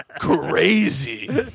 Crazy